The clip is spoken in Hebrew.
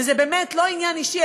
וזה באמת לא עניין אישי,